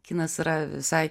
kinas yra visai